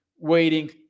waiting